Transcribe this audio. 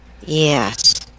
Yes